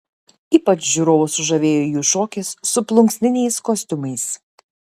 ypač žiūrovus sužavėjo jų šokis su plunksniniais kostiumais